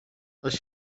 als